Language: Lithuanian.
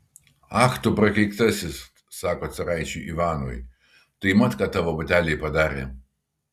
ak tu prakeiktasis sako caraičiui ivanui tai mat ką tavo bateliai padarė